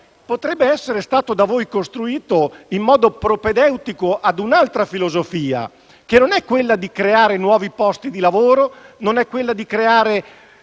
potrebbe essere stato da voi costruito in modo propedeutico ad un'altra filosofia, che non è quella di creare nuovi posti di lavoro e di creare